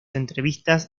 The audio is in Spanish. entrevistas